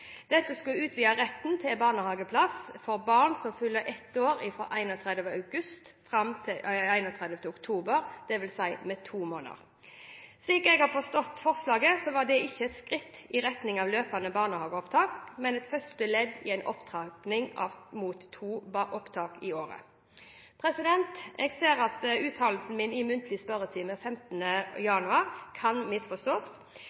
Dette skulle utvide retten til barnehageplass for barn som fyller ett år fra 31. august fram til 31. oktober, dvs. med to måneder. Slik jeg har forstått forslaget, var det ikke et skritt i retning av løpende barnehageopptak, men et første ledd i en opptrapping mot to opptak i året. Jeg ser at uttalelsen min i muntlig spørretime